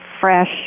fresh